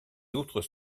autres